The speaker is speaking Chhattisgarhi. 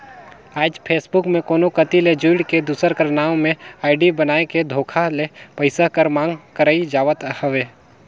आएज फेसबुक में कोनो कती ले जुइड़ के, दूसर कर नांव में आईडी बनाए के धोखा ले पइसा कर मांग करई जावत हवे